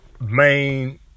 main